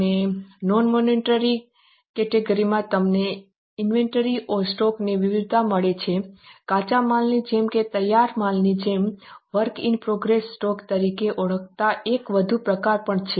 અને non monetary કેટેગરીમાં તમને ઈન્વેન્ટરી અથવા સ્ટોક ની વિવિધતા મળી છે કાચા માલની જેમ કે તૈયાર માલની જેમ વર્ક ઇન પ્રોગ્રેસ સ્ટોક તરીકે ઓળખાતો એક વધુ પ્રકાર પણ છે